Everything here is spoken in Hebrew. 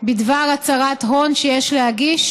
בדבר הצהרת הון שיש להגיש,